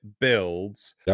builds